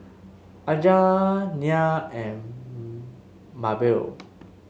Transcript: Aja Nyah and Mabell